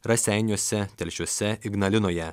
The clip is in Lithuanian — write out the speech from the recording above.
raseiniuose telšiuose ignalinoje